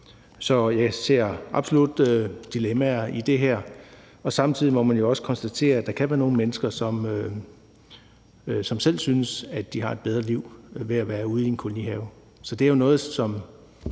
Så jeg ser absolut dilemmaer i det her. Og samtidig må man jo også konstatere, at der kan være nogle mennesker, som selv synes, at de har et bedre liv ved at være ude i en kolonihave. Så det er jo noget, som